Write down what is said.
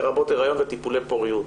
לרבות היריון וטיפולי פוריות.